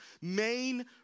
main